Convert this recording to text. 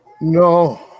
no